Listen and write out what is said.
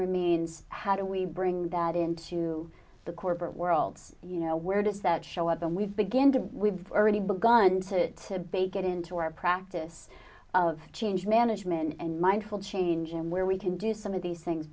remains how do we bring that into the corporate world you know where does that show up and we begin to we've already begun to get into our practice of change management and mindful change and where we can do some of these things